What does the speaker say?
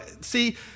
see